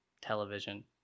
television